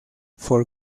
for